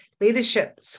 leadership